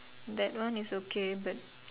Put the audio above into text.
that one is okay but